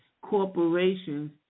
Corporations